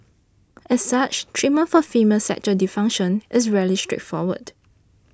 as such treatment for female sexual dysfunction is rarely straightforward